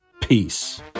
Peace